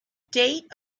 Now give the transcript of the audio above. date